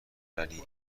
ولی